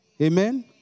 Amen